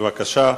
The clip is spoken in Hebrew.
בבקשה.